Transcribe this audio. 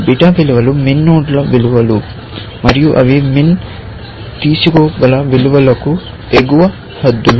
beta విలువలు MIN నోడ్ల విలువలు మరియు అవి MIN తీసుకోగల విలువలకు ఎగువ హద్దులు